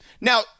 Now